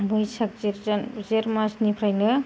बैसाग जेत जेतमासनिफ्रायनो